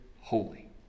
holy